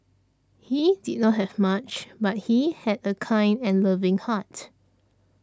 he did not have much but he had a kind and loving heart